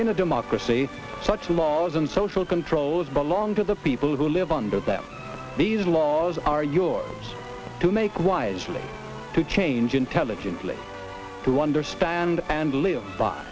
in a democracy such laws and social controls belong to the people who live under that these laws are yours to make wise for them to change intelligently to understand and live by